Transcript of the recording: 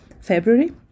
February